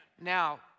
Now